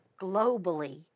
globally